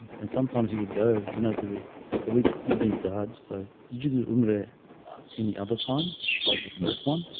and sometimes he would go you know today. so we you've been charged. so did you do? any other time besides the first one?